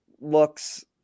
looks